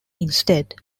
instead